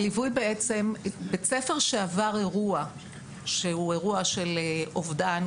בית ספר שעבר אירוע שהוא אירוע של אובדן,